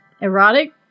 erotic